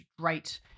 great